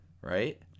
right